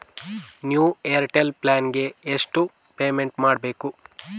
New Airtel plan ಗೆ ಎಷ್ಟು payment ಮಾಡ್ಬೇಕು?